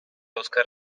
oscar